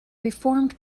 reformed